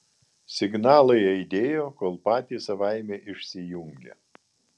signalai aidėjo kol patys savaime išsijungė